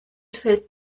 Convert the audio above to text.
fehlt